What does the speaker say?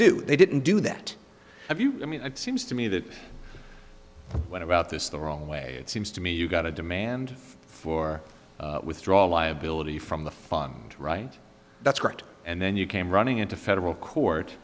do they didn't do that i mean it seems to me that what about this the wrong way it seems to me you've got a demand for withdrawal liability from the fund right that's correct and then you came running into federal court